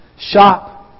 shop